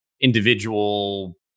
individual